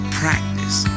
practice